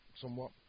somewhat